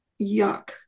yuck